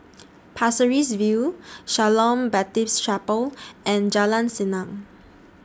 Pasir Ris View Shalom Baptist Chapel and Jalan Senang